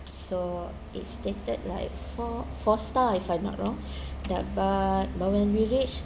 so it's stated like four four star if I not wrong that but but when we reached